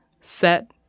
Set